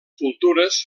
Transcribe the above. cultures